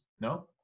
No